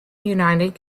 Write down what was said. united